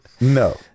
No